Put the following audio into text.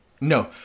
No